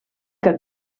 que